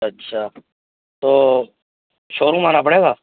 اچھا تو شوروم آنا پڑے گا